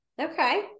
Okay